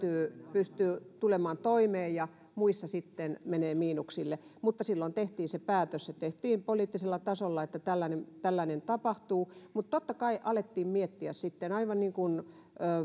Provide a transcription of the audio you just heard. pystyy tulemaan toimeen ja muissa sitten menee miinuksille silloin tehtiin se päätös se tehtiin poliittisella tasolla että tällainen tällainen tapahtuu mutta totta kai alettiin miettiä sitten